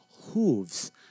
Hooves